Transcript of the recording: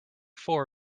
four